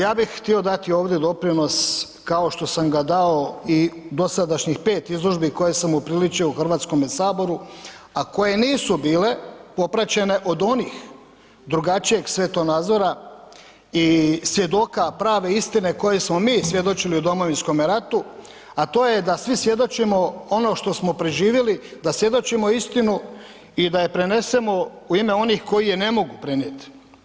Ja bih htio dati ovdje doprinos kao što sam ga dao i dosadašnjih 5 izložbi koje sam upriličio u Hrvatskome saboru a koje nisu bile popraćene od onih drugačijeg svjetonazora i svjedoka prave istine koje smo mi svjedočili u Domovinskome ratu, a to je da svi svjedočimo ono što smo preživjeli, da svjedočimo istinu i da je prenesemo u ime onih koji je ne mogu prenijeti.